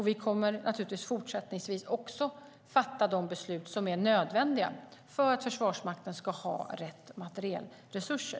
Vi kommer också fortsättningsvis att fatta de beslut som är nödvändiga för att Försvarsmakten ska ha rätt materielresurser.